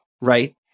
right